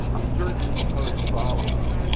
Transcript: certainly post vawa,